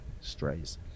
Strays